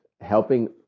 helping